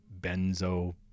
benzo